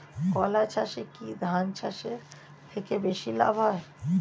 কলা চাষে কী ধান চাষের থেকে বেশী লাভ হয়?